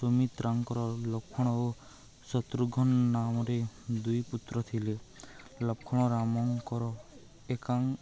ସୁୌମିତ୍ରାଙ୍କର ଲକ୍ଷ୍ମଣ ଓ ଶତ୍ରୁଘ୍ନ ନାମରେ ଦୁଇ ପୁତ୍ର ଥିଲେ ଲକ୍ଷ୍ଣଣ ରାମଙ୍କର